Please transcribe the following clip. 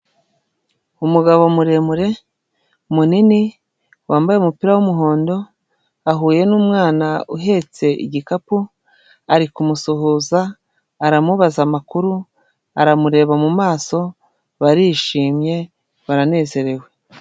Umugabo muremure munini wambaye umupira w'umuhondo ahuye n'umwana uhetse igikapu ari kumusuhuza aramubaza amakuru, aramureba mu maso barishimye baranezerewe.